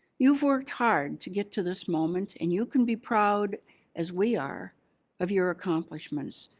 you've worked hard to get to this moment and you can be proud as we are of your accomplishments.